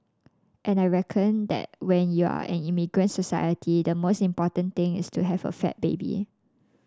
and I reckon that when you're an immigrant society the most important thing is to have a fat baby